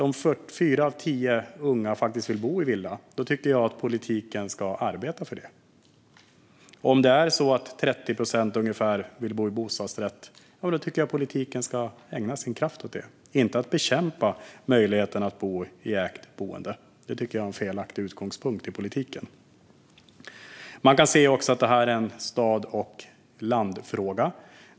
Om fyra av tio unga faktiskt vill bo i villa tycker jag att politiken ska arbeta för det. Om 30 procent vill bo i bostadsrätt tycker jag att politiken ska ägna kraft åt det, inte åt att bekämpa möjligheten att bo i ägt boende. Det tycker jag är en felaktig utgångspunkt i politiken. Man kan se att detta är en stad och landfråga.